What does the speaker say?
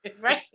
Right